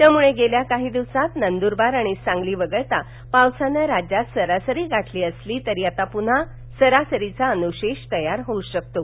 त्यामुळे गेल्या काह दिवसात नंदूरबार आणि सांगल अगळता पावसानं राज्यात सरासर गाठल असल अर आता पुन्हा सरासरचि अनुशेष तयार होऊ शकतो